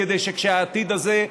כדי שהעתיד הזה,